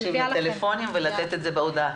רבה.